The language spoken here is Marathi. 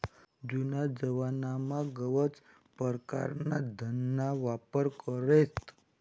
जुना जमानामा गनच परकारना धनना वापर करेत